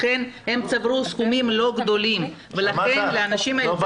לכן הם צברו סכומים לא גדולים ולכן לאנשים האלה צריך לתת את האפשרות.